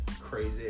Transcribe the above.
crazy